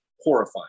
horrifying